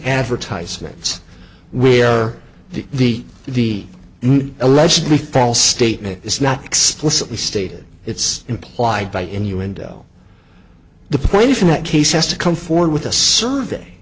advertisements where the the allegedly false statement it's not explicitly stated it's implied by innuendo the point in that case has to come forward with a survey